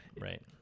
right